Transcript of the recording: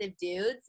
dudes